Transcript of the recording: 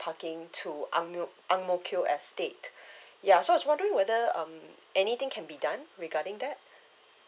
parking to ang mio ang mo kio estate ya so I was wondering whether um anything can be done regarding that